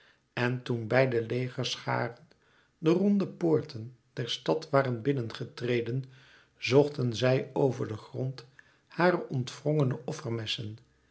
en toen beide legerscharen de ronde poorten der stad waren binnen gereden zochten zij over den grond hare ontwrongene